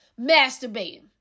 masturbating